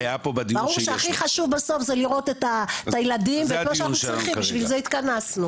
ברור שהכי חשוב בסוף זה לראות את הילדים ובשביל זה התכנסנו.